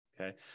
Okay